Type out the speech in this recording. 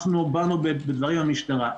אנחנו באנו בדברים עם המשטרה.